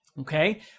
okay